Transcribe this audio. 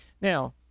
Now